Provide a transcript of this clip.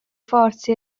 forze